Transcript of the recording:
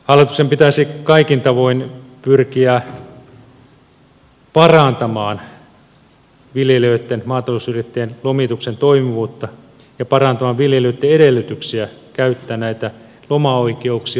hallituksen pitäisi kaikin tavoin pyrkiä parantamaan viljelijöitten maatalousyrittäjien lomituksen toimivuutta ja parantamaan viljelijöitten edellytyksiä käyttää näitä lomaoikeuksiaan